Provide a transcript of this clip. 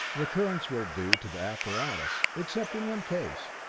the currents will do to the apparatus except in one case.